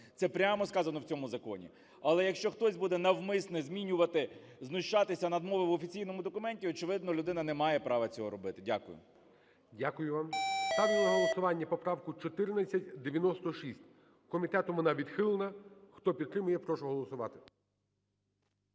це прямо сказано в цьому законі. Але якщо хтось буде навмисно змінювати, знущатися над мовою в офіційному документі, очевидно, людина не має права цього робити. Дякую. ГОЛОВУЮЧИЙ. Дякую вам. Ставлю на голосування поправку 1496. Комітетом вона відхилена. Хто підтримує, прошу голосувати.